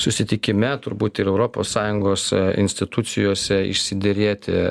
susitikime turbūt ir europos sąjungos institucijose išsiderėti